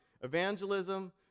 evangelism